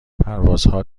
پروازها